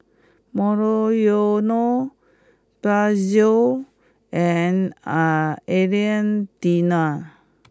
Monoyono Pezzo and are Alain Delon